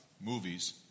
movies